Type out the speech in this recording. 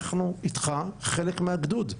אנחנו איתך חלק מהגדוד',